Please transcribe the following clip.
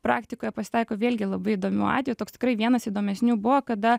praktikoje pasitaiko vėlgi labai įdomių atvejų toks tikrai vienas įdomesnių buvo kada